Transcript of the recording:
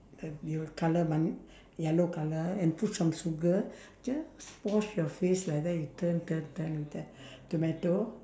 the you'll colour man~ yellow colour and put some sugar just wash your face like that you turn turn turn and turn tomato